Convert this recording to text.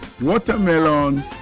watermelon